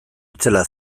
itzela